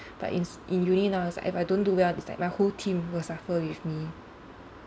but in sc~ in uni now it's like if I don't do well it's like my whole team will suffer with me